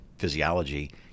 physiology